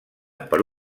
per